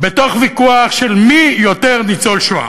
בתוך ויכוח של מי יותר ניצול שואה,